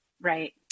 right